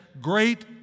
great